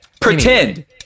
Pretend